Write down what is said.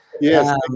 Yes